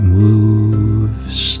moves